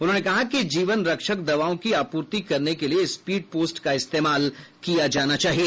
उन्होंने कहा कि जीवन रक्षक दवाओं की आपूर्ति करने के लिए स्पीड पोस्ट का इस्तेमाल किया जाना चाहिए